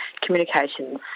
Communications